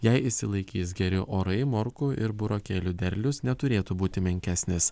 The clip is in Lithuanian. jei išsilaikys geri orai morkų ir burokėlių derlius neturėtų būti menkesnis